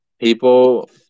People